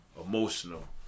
emotional